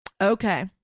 Okay